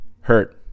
hurt